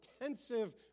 intensive